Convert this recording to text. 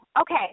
Okay